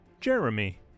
Jeremy